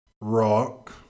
Rock